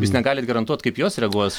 jūs negalit garantuot kaip jos reaguos